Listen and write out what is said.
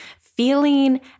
feeling